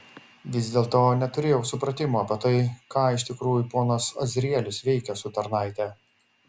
vis dėlto neturėjau supratimo apie tai ką iš tikrųjų ponas azrielis veikia su tarnaite